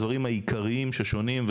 הדברים העיקריים ששונים,